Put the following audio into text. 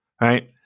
right